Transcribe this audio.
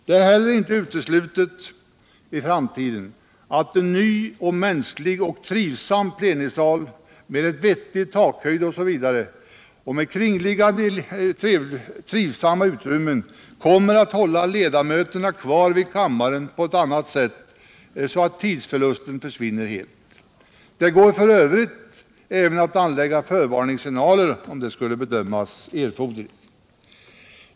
Det är heller inte uteslutet i framtiden att en ny, mänsklig och trivsam plenisal med vettig takhöjd osv. och med trevliga kringliggande utrymmen kommer att hålla ledamöterna kvar vid kammaren på ett annat sätt, så att tidsförlusten försvinner helt. Det går f. ö. även att anlägga förvarningssignaler, om det skulle bedömas som erforderligt.